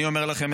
אני אומר לכם,